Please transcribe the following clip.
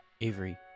Avery